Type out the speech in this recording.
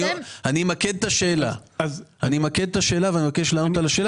אמקד את השאלה ואני מבקש לענות עליה,